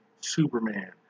Superman